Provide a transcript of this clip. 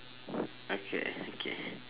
okay okay